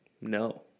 No